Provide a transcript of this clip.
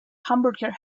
hamburger